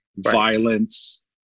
violence